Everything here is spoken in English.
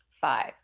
Five